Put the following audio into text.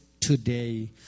today